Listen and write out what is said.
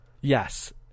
Yes